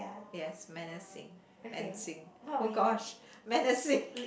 yes menacing man sing oh gosh menacing